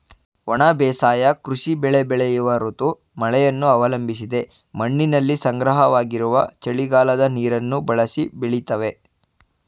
ಒಣ ಬೇಸಾಯ ಕೃಷಿ ಬೆಳೆ ಬೆಳೆಯುವ ಋತು ಮಳೆಯನ್ನು ಅವಲಂಬಿಸದೆ ಮಣ್ಣಿನಲ್ಲಿ ಸಂಗ್ರಹವಾಗಿರುವ ಚಳಿಗಾಲದ ನೀರನ್ನು ಬಳಸಿ ಬೆಳಿತವೆ